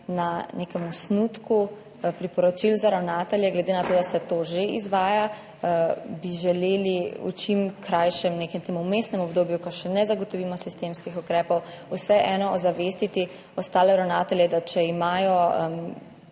na nekem osnutku priporočil za ravnatelje. Glede na to, da se to že izvaja, bi želeli v čim krajšem, nekem vmesnem obdobju, ko še ne zagotovimo sistemskih ukrepov, vseeno ozavestiti ostale ravnatelje, če imajo